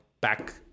back